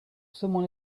someone